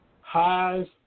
Highs